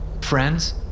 Friends